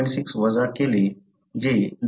6 वजा केले जे 0